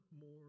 more